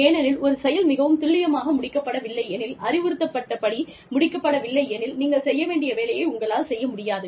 ஏனெனில் ஒரு செயல் மிகவும் துல்லியமாக முடிக்கப்படவில்லை எனில் அறிவுறுத்தப்பட்டபடி முடிக்கப்படவில்லை எனில் நீங்கள் செய்ய வேண்டிய வேலையை உங்களால் செய்ய முடியாது